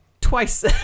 twice